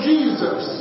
Jesus